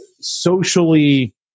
socially